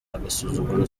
agasuzuguro